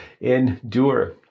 endure